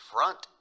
Front